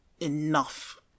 enough